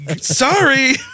sorry